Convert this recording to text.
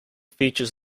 features